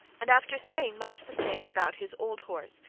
and after saying much the same about his old horse,